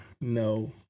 No